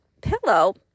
pillow